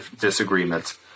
disagreements